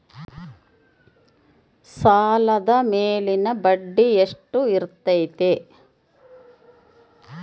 ಸಾಲದ ಮೇಲಿನ ಬಡ್ಡಿ ಎಷ್ಟು ಇರ್ತೈತೆ?